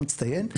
מצטיין.